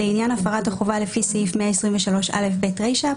לעניין הפרת החובה לפי סעיף 123א(ב) רישה,